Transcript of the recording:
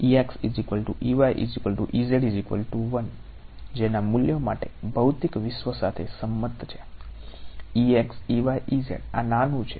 જેના મૂલ્યો માટે ભૌતિક વિશ્વ સાથે સંમત છે આ નાનું છે